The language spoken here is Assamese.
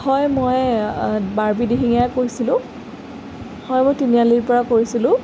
হয় মই বাৰ্বি দিহিঙীয়াই কৈছিলোঁ হয় মই তিনিআলিৰ পৰা কৈছিলোঁ